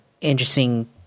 interesting